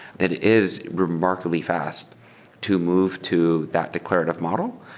that is remarkably fast to move to that declarative model.